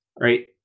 right